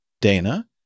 Dana